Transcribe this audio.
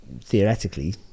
Theoretically